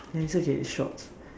and it's okay it's short